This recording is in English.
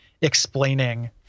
explaining